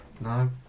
No